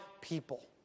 people